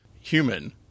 human